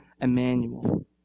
Emmanuel